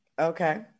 okay